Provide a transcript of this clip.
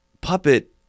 puppet